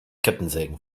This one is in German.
kettensägen